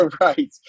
Right